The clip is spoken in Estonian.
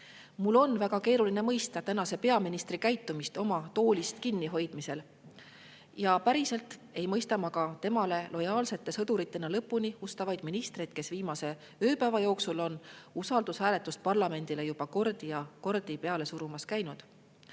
Mul on väga keeruline mõista peaministri käitumist oma toolist kinnihoidmisel ja päriselt ei mõista ma ka temale lojaalsete sõduritena lõpuni ustavaid ministreid, kes viimase ööpäeva jooksul on usaldushääletust parlamendile juba kordi ja kordi peale surumas käinud.